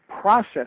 process